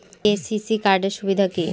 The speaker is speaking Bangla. কে.সি.সি কার্ড এর সুবিধা কি?